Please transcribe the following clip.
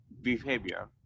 behavior